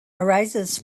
arises